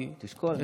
תשקול,